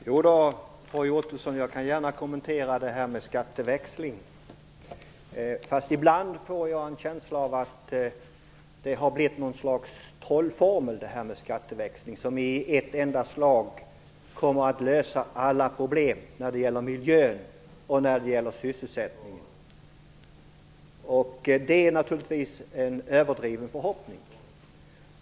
Fru talman! Jag kan gärna kommentera det här med skatteväxling, Roy Ottosson. Ibland får jag en känsla av att skatteväxling har blivit något slags trollformel som i ett enda slag kommer att lösa alla problem när det gäller miljön och sysselsättningen. Det är naturligtvis en överdriven förhoppning.